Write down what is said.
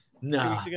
No